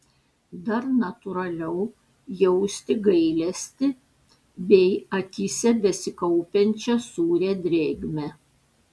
dar natūraliau jausti gailestį bei akyse besikaupiančią sūrią drėgmę